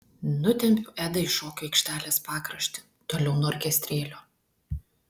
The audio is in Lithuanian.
nutempiu edą į šokių aikštelės pakraštį toliau nuo orkestrėlio